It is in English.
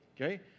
okay